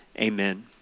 Amen